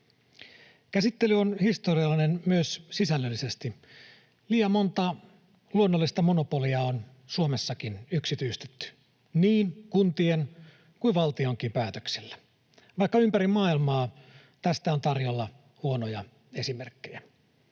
Käsittely on historiallinen myös sisällöllisesti. Liian monta luonnollista monopolia on Suomessakin yksityistetty niin kuntien kuin valtionkin päätöksellä, vaikka ympäri maailmaa tästä on tarjolla huonoja esimerkkejä.